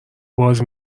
باز